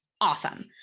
awesome